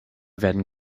werden